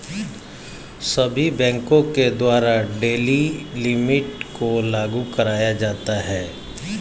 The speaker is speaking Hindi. सभी बैंकों के द्वारा डेली लिमिट को लागू कराया जाता है